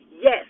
Yes